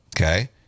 Okay